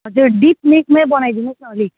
हजुर डिपनेकमै बनाइदिनोस् न अलिक